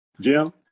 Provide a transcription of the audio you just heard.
Jim